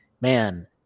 man